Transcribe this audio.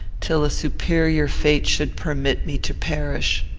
till a superior fate should permit me to perish.